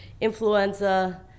influenza